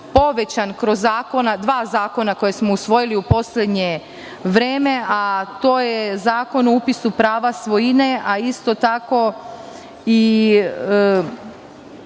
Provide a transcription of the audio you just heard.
povećan kroz dva zakona koja smo usvojili u poslednje vreme – Zakon o upisu prava svojine, a isto tako i